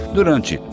Durante